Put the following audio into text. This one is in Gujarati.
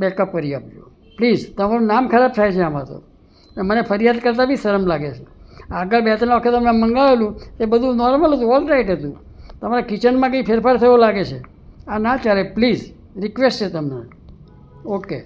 બેકઅપ કરી આપજો પ્લીઝ તમારું નામ ખરાબ થાય છે આમાં તો ને મને ફરિયાદ કરતા બી શરમ લાગે છે આગળ બે ત્રણ વખત અમે મંગાવેલું એ બધુ નોર્મલ હતું ઓલ રાઈટ હતું તમારા કિચનમાં કંઈ ફેરફાર થયો લાગે છે આ ના ચાલે પ્લીઝ રિક્વેસ્ટ છે તમને ઓકે